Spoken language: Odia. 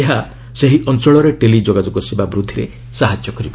ଏହା ସେହି ଅଞ୍ଚଳରେ ଟେଲି ଯୋଗାଯୋଗ ସେବା ବୃଦ୍ଧିରେ ସାହାଯ୍ୟ କରିବ